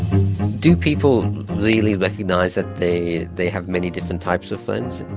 do people really recognise that they they have many different types of friends?